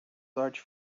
large